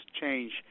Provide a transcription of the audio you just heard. change